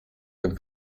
been